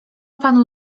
panu